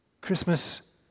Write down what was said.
Christmas